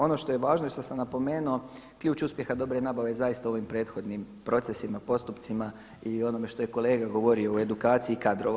Ono što je važno i što sam napomenuo, ključ uspjeha dobre nabave je zaista u ovim prethodnim procesima, postupcima i onome što je kolega govorio u edukaciji kadrova.